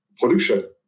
production